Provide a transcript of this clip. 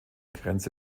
grenze